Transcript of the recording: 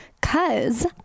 cause